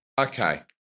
Okay